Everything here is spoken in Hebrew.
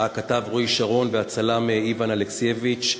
הכתב רועי שרון והצלם איוון אלכסייביץ,